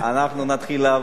אנחנו נתחיל לעבוד.